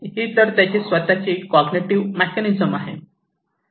तर ही त्याची स्वत ची कॉगनेटिव मेकॅनिझम आहे